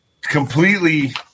completely